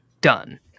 Done